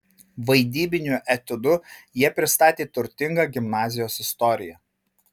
vaidybiniu etiudu jie pristatė turtingą gimnazijos istoriją